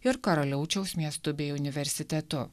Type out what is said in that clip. ir karaliaučiaus miestu bei universitetu